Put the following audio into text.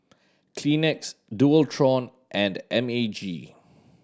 Kleenex Dualtron and M A G